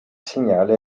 segnale